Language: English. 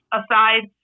aside